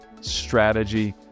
strategy